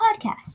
podcast